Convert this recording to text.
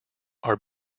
are